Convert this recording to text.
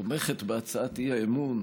תומכת בהצעת האי-אמון,